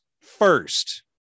first